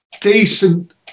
decent